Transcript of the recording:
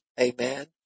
Amen